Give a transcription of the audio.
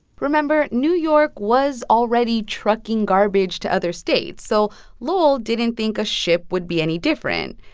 remember, new york was already trucking garbage to other states, so lowell didn't think a ship would be any different.